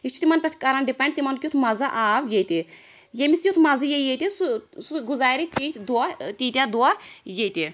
یہِ چھُ تِمن پٮ۪ٹھ کران ڈِپیٚنٛڈ تِمن کیٛتھ مَزٕ آو ییٚتہِ ییٚمِس یُتھ مَزٕ یی ییٚتہِ سُہ سُہ گُزارِ تِتھۍ دۄہ تیٖتیٛاہ دۄہ ییٚتہِ